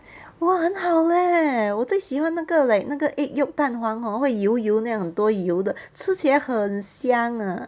!wah! 很好 leh 我最喜欢那个 like 那个 egg yolk 蛋黄会油油那样很多油的吃起来很香 ah